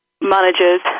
managers